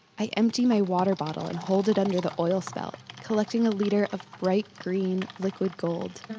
i empty my water bottle and hold it under the oil spout, collecting a liter of bright green liquid gold.